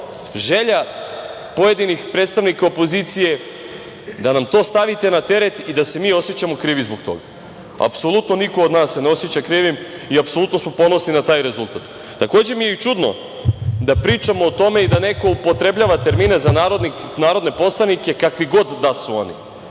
želja pojedinih predstavnika opozicije da nam to stavite na teret i da se mi osećamo krivim zbog toga. Apsolutno niko od nas se ne oseća krivim i apsolutno smo ponosni na taj rezultat. Takođe mi je čudno da pričamo o tome da neko upotrebljava termine za narodne poslanike kakvi god da su oni